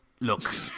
look